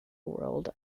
world